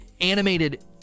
animated